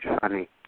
funny